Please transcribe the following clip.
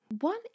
one